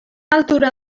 altura